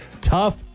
tough